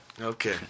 Okay